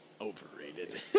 Overrated